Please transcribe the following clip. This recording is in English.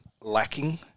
lacking